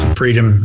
freedom